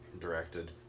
directed